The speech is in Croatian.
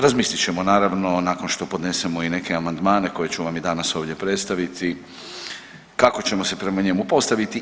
Razmislit ćemo naravno nakon što podnesemo i neke amandmane koje ću vam i danas ovdje predstaviti kako ćemo se prema njemu postaviti.